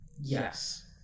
Yes